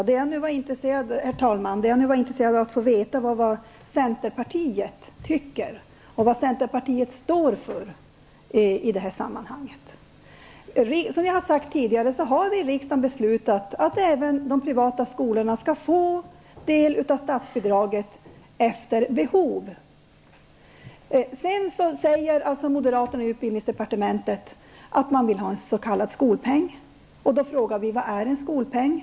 Herr talman! Det som jag är intresserad av att få veta är vad centern tycker och vad centern står för i detta sammanhang. Som jag har sagt tidigare har vi i riksdagen fattat beslut om att även de privata skolorna skall få del av statsbidraget efter behov. Moderaterna i utbildningsdepartementet säger att de vill ha en s.k. skolpeng. Då frågar jag vad en skolpeng är.